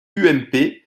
ump